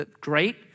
great